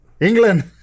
England